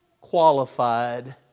qualified